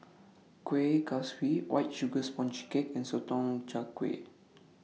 Kuih Kaswi White Sugar Sponge Cake and Sotong Char Kway